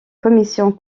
commission